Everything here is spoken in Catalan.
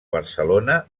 barcelona